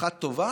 אחת טובה